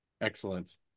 excellent